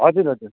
हजुर हजुर